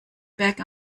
back